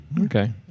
Okay